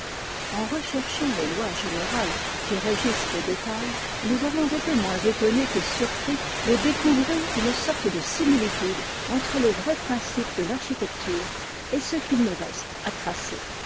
en recherchant les lois générales qui régissent les détails nous avons été moins étonné que surpris de découvrir une sorte de similitude entre les vrais principes de l'architecture et ceux qu'il nous reste à tracer